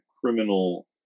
criminal